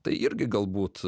tai irgi galbūt